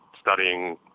studying